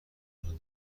عنوان